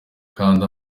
kanda